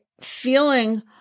feeling